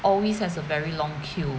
always has a very long queue